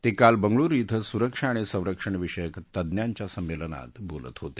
ते काल बंगळूरू श्वि सुरक्षा आणि संरक्षण विषयक तज्ञांच्या संमेलनात बोलत होते